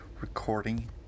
Recording